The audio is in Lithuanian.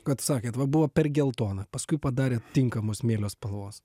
kad sakėt va buvo per geltona paskui padarė tinkamo smėlio spalvos